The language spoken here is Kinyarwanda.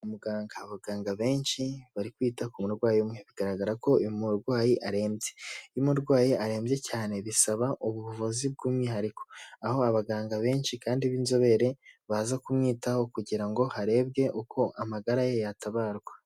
Umuganga, abaganga benshi bari kwita ku murwayi umwe, bigaragara ko uyu murwayi arembye, iyo umurwayi arembye cyane bisaba ubuvuzi bw'umwihariko aho abaganga benshi kandi b'inzobere, baza kumwitaho kugira ngo harebwe uko amagara ye yatabarwa.